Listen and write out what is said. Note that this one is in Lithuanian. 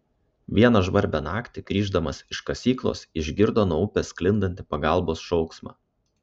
vieną žvarbią naktį grįždamas iš kasyklos išgirdo nuo upės sklindantį pagalbos šauksmą